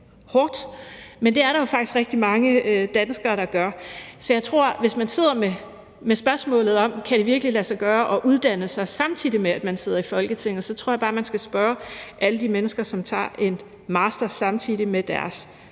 hårdt, men det er der jo faktisk rigtig mange danskere der gør. Så jeg tror, at hvis man sidder med spørgsmålet om, om det virkelig kan lade sig gøre at uddanne sig, samtidig med at man sidder i Folketinget, så skal man spørge alle de mennesker, som tager en master samtidig med deres